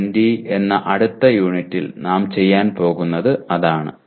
U20 എന്ന അടുത്ത യൂണിറ്റിൽ നാം ചെയ്യാൻ പോകുന്നത് അതാണ്